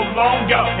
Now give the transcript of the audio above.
longer